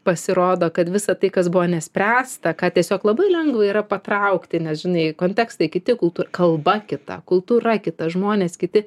pasirodo kad visa tai kas buvo nespręsta ką tiesiog labai lengva yra patraukti nes žinai kontekstai kiti kultūr kalba kita kultūra kita žmonės kiti